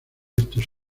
estos